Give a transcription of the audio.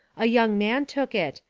a young man took it.